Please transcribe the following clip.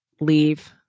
leave